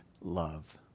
love